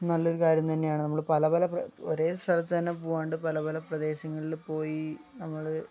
നല്ലൊരു കാര്യം തന്നെയാണ് നമ്മള് പല പല ഒരേ സ്ഥലത്ത് തന്നെ പോകാണ്ട് പല പല പ്രദേശങ്ങളില് പോയി നമ്മള്